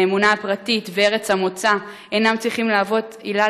האמונה הפרטית וארץ המוצא אינם צריכים להוות עילה